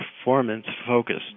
performance-focused